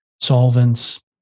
solvents